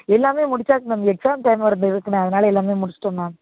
எல்லாமே முடித்தாச்சு ma'am exam டைமாக இருக்குதில்ல அதனால் முடித்திட்டோம் மேம்